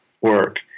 work